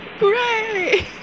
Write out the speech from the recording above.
Hooray